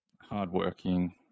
hardworking